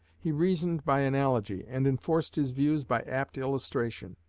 he reasoned by analogy, and enforced his views by apt illustration.